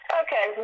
okay